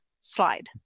Slide